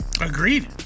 Agreed